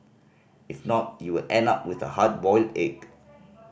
if not you will end up with a hard boiled egg